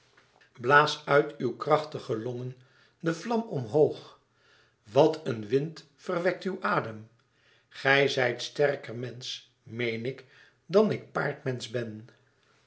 blaas uit uw krachtige longen de vlam omhoog wat een wind verwekt uw adem gij zijt sterker mensch meen ik dan ik paardmensch ben